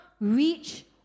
reach